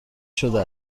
شده